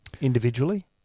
individually